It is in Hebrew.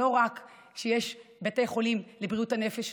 לא רק שיש בתי חולים לבריאות הנפש,